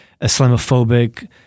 Islamophobic